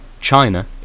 China